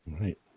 Right